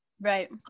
Right